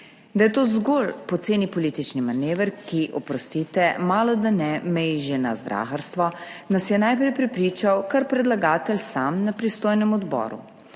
Da je to zgolj poceni politični manever, ki, oprostite, malodane meji že na zdraharstvo, nas je najprej prepričal kar predlagatelj sam na pristojnem odboru.